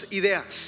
ideas